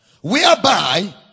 Whereby